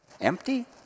Empty